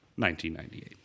1998